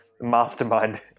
mastermind